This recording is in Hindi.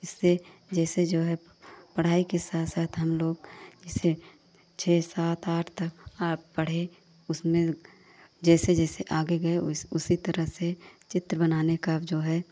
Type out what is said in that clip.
ऐसे जैसे जो है पढ़ाई के साथ साथ हमलोग इसे छह सात आठ तक आप पढ़े उसमें जैसे जैसे आगे गए वैसे उसी तरह से चित्र बनाने का अब जो है